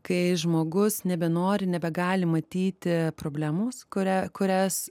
kai žmogus nebenori nebegali matyti problemos kurią kurias